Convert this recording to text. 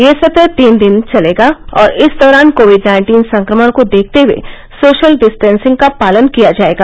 यह सत्र तीन दिन चलेगा और इस दौरान कोविड नाइन्टीन संक्रमण को देखते हथे सोशल डिस्टेंसिंग का पालन किया जायेगा